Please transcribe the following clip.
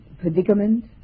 predicament